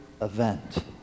event